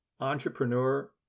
entrepreneur